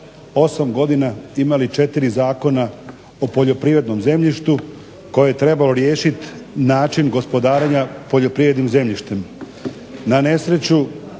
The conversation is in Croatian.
osam godina imali četiri zakona o poljoprivrednom zemljištu koje je trebalo riješiti način gospodarenja poljoprivrednim zemljištem.